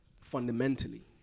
Fundamentally